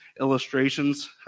illustrations